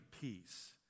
peace